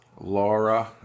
Laura